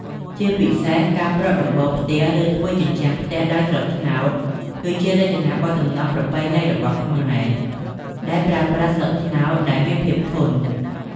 ជាពិសេស ការប្រក់ដំបូលផ្ទះ ឬធ្វើជញ្ជាំងផ្ទះដោយស្លឹកត្នោត គឺជារចនាបថសំណង់ប្រពៃណីរបស់ខ្មែរ ដែលប្រើប្រាស់ស្លឹកត្នោតដែលមានភាពធន់។